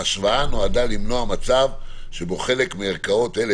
ההשוואה נועדה למנוע מצב שבו חלק מערכאות אלה,